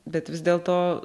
bet vis dėlto